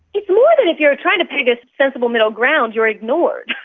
it's more that if you're trying to peg a sensible middle ground you're ignored.